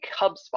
HubSpot